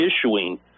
issuing